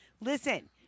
Listen